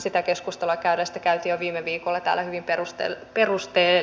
sitä käytiin jo viime viikolla täällä hyvin perusteellisesti